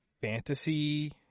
fantasy